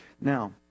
Now